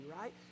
right